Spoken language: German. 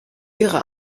ihre